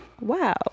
wow